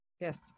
yes